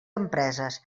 empreses